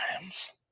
times